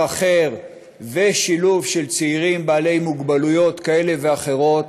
אחר ושילוב של צעירים בעלי מוגבלויות כאלה ואחרות,